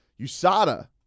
USADA